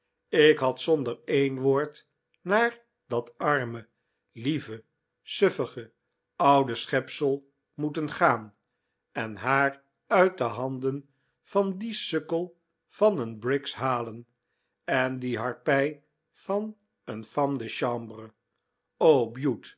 ik had zonder een woord naar dat arme lieve suffige oude schepsel moeten gaan en haar uit de handen van die sukkel van een briggs halen en die harpij van een femme de chambre o bute